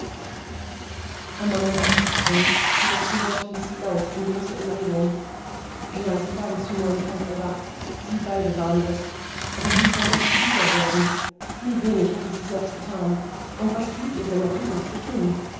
amanda war aufgesprungen die letzten worte las sie laut in großer erregung ja sie waren zu neuem kampf erwacht sie beide waren es aber wie sollten sie sieger werden wie wenig hatte sie selbst getan und was blieb ihr denn noch übrig zu tun